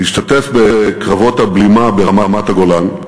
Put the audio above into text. השתתף בקרבות הבלימה ברמת-הגולן.